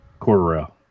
Cordero